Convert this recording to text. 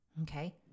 Okay